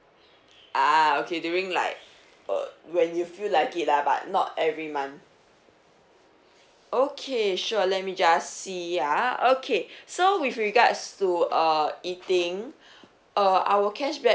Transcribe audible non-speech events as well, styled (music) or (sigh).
ah okay during like uh when you feel like it lah but not every month okay sure let me just see ah okay (breath) so with regards to uh eating (breath) uh our cashback